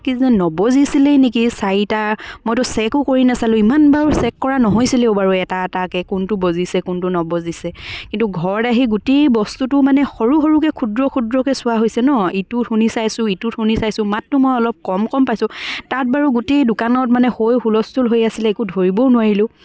কিজানি নবজিছিলেই নেকি চাৰিটা মইটো চেকো কৰি নেচালোঁ ইমান বাৰু চেক কৰা নহৈছিলেও বাৰু এটা এটাকৈ কোনটো বজিছে কোনটো নবজিছে কিন্তু ঘৰত আহি গোটেই বস্তুটো মানে সৰু সৰুকৈ ক্ষুদ্ৰ ক্ষুদ্ৰকৈ চোৱা হৈছে ন ইটোত শুনি চাইছোঁ ইটোত শুনি চাইছোঁ মাতটো মই অলপ কম কম পাইছোঁ তাত বাৰু গোটেই দোকানত মানে হৈ হুলস্থুল হৈ আছিলে একো ধৰিবও নোৱাৰিলোঁ